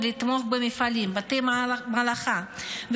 לתמוך במפעלים ובבתי מלאכה,